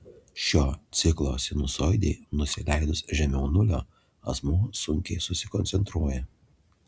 šio ciklo sinusoidei nusileidus žemiau nulio asmuo sunkiai susikoncentruoja